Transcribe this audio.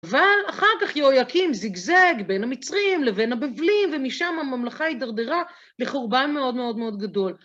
אבל אחר כך יהויקים זיגזג בין המצרים לבין הבבלים, ומשם הממלכה הידרדרה לחורבה מאוד מאוד מאוד גדול.